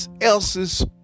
else's